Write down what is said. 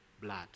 blood